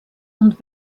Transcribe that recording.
und